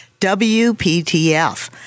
WPTF